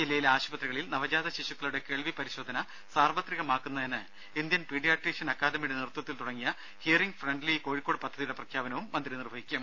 ജില്ലയിലെ ആശുപത്രികളിൽ നവജാത ശിശുക്കളുടെ കേൾവി പരിശോധന സാർവത്രികമാക്കുന്നതിന് ഇന്ത്യൻ പീഡിയാട്രീഷ്യൻ അക്കാദമിയുടെ നേതൃത്വത്തിൽ തുടങ്ങിയ ഹിയറിങ് ഫ്രണ്ട്ലി കോഴിക്കോട് പദ്ധതിയുടെ പ്രഖ്യാപനവും മന്ത്രി നിർവഹിക്കും